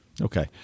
Okay